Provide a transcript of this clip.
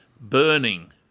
burning